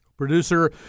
Producer